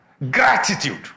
Gratitude